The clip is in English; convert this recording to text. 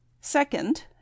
second